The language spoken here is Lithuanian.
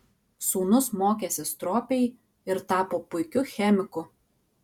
sūnus mokėsi stropiai ir tapo puikiu chemiku